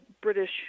British